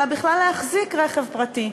אלא בכלל להחזיק רכב פרטי.